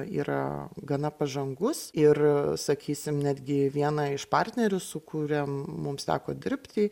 yra gana pažangus ir sakysim netgi vieną iš partnerių su kuria mums teko dirbti